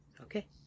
okay